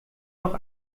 noch